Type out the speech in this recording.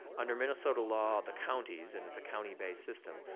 under minnesota law the counties, and it's a county-based system,